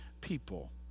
people